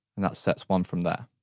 and that sets one from there.